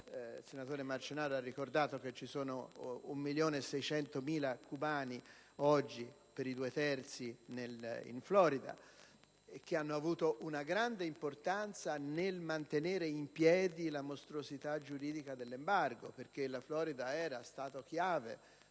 senatore Marcenaro ha ricordato che oggi negli Stati Unitici sono 1.600.000 cubani, per i due terzi in Florida, che hanno avuto una grande importanza nel mantenere in piedi la mostruosità giuridica dell'embargo, perché la Florida era lo Stato chiave